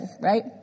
right